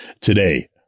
today